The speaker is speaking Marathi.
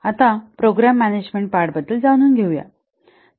आता प्रोग्रॅम मॅनेजमेंट पार्टबद्दल जाणून घेऊया